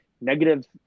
negative